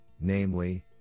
namely